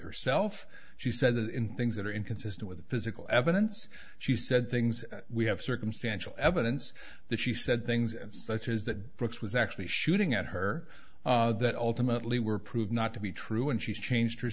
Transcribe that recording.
herself she said things that are inconsistent with the physical evidence she said things we have circumstantial evidence that she said things such as that brooks was actually shooting at her that ultimately were proved not to be true and she's changed